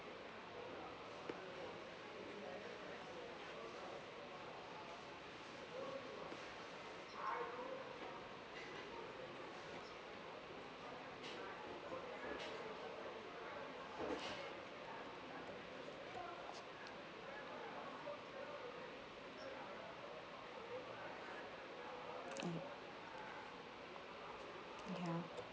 mm ya